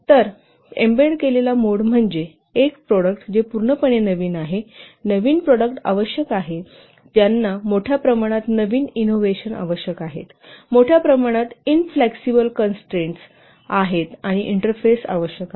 तर embedded mode म्हणजे एक प्रॉडक्ट जे पूर्णपणे नवीन आहे नवीन प्रॉडक्ट आवश्यक आहे ज्यांना मोठ्या प्रमाणात नवीन इनोव्हेशन आवश्यक आहेत मोठ्या प्रमाणात इन्फ्लेक्सिबल कन्स्ट्रेन्ट आणि इंटरफेस आवश्यक आहेत